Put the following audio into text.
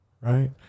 right